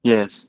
Yes